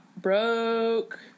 broke